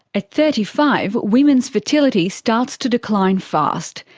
at thirty five, women's fertility starts to decline fast,